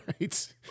right